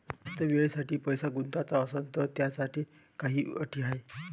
जास्त वेळेसाठी पैसा गुंतवाचा असनं त त्याच्यासाठी काही अटी हाय?